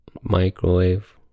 microwave